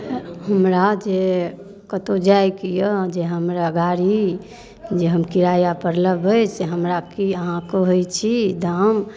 हमरा जे कतौ जाइके यऽ जे हमरा गाड़ी जे हम किरायापर लेबै से हमरा की अहाँ कहै छी दाम